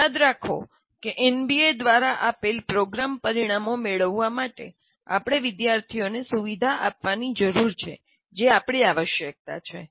યાદ રાખો કે એનબીએ દ્વારા આપેલ પ્રોગ્રામ પરિણામો મેળવવા માટે આપણે વિદ્યાર્થીઓને સુવિધા આપવાની જરૂર છે જે આપણી આવશ્યકતા છે